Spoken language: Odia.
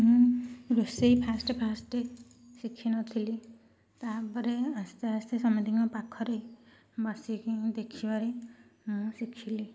ହଁ ରୋଷେଇ ଫାଷ୍ଟ ଫାଷ୍ଟ ଶିଖିନଥିଲି ତା ପରେ ଆସ୍ତେ ଆସ୍ତେ ସମସ୍ତିଙ୍କ ପାଖରେ ବସିକି ଦେଖିବାରେ ମୁଁ ଶିଖିଲି